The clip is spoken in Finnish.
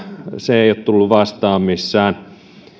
se ei ole tullut vastaan missään ja